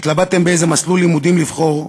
כשהתלבטתם באיזה מסלול לימודים לבחור,